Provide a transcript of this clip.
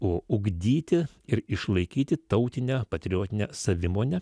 o ugdyti ir išlaikyti tautinę patriotinę savimonę